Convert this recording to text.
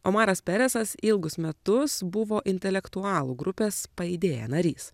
omaras peresas ilgus metus buvo intelektualų grupės pajidėja narys